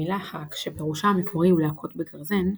המילה האק שפירושה המקורי הוא להכות בגרזן,